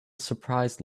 surprised